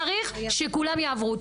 צריך שכולם יעברו.